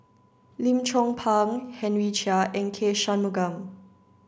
Lim Chong Pang Henry Chia and K Shanmugam